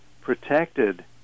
protected